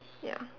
ya